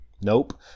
Nope